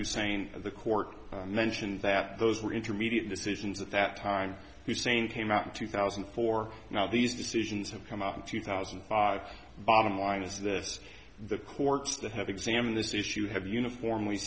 hussein the court mentioned that those were intermediate decisions at that time hussein came out in two thousand and four now these decisions have come out in two thousand and five by a mine is this the courts that have examined this issue have uniformly